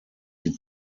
die